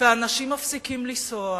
ואנשים מפסיקים לנסוע